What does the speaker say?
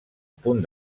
punt